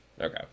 Okay